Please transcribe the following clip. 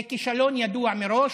זה כישלון ידוע מראש,